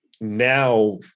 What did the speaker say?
now